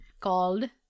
called